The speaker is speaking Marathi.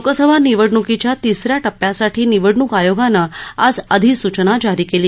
लोकसभा निवडणुकीच्या तिसऱ्या टप्प्यासाठी निवडणूक आयोगानं आज अधिसूचना जारी केली